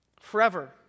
forever